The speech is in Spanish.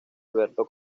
alberto